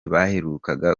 baheruka